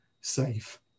safe